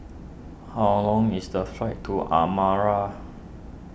how long is the flight to Asmara